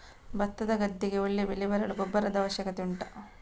ಭತ್ತದ ಗದ್ದೆಗೆ ಒಳ್ಳೆ ಬೆಳೆ ಬರಲು ಗೊಬ್ಬರದ ಅವಶ್ಯಕತೆ ಉಂಟಾ